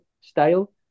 style